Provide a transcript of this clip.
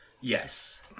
Yes